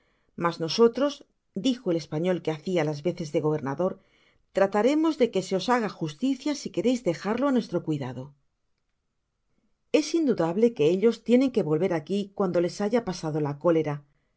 amas nosotros dijo el español que hacia las veces de gobernador trataremos de que se os haga justicia si quereis dejarlo á nuestro cuidado es indudable que ellos tienen que volver aqui cuando les baya pasado la cólera